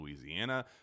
Louisiana